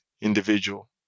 individual